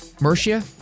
Mercia